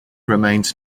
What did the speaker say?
remains